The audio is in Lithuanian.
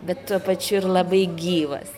bet tuo pačiu ir labai gyvas